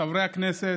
חברי הכנסת,